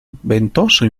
ventoso